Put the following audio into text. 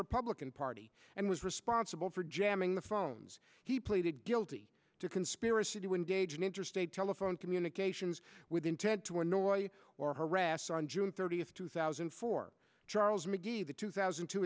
republican party and was responsible for jamming the phones he pleaded guilty to conspiracy to engage in interstate telephone communications with intent to annoy or harass on june thirtieth two thousand and four charles mcgee the two thousand